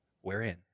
wherein